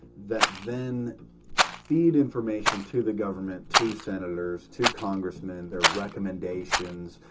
that then feed information to the government, to senators, to congressmen their recommendations,